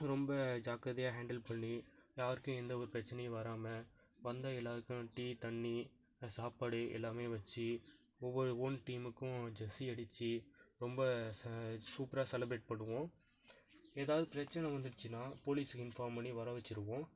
ரொம்ப ஜாக்கிரதையாக ஹேண்டில் பண்ணி யாருக்கும் எந்தவொரு பிரச்சினையும் வராமல் வந்த எல்லாேருக்கும் டீ தண்ணி சாப்பாடு எல்லாமே வச்சு ஒவ்வொரு ஒன் டீமுக்கும் ஜெஸி அடித்து ரொம்ப ச சூப்பராக செலிபிரேட் பண்ணுவோம் ஏதாவது பிரச்சின வந்துடுச்சுனா போலீஸுக்கு இன்ஃபார்ம் பண்ணி வர வச்சுருவோம்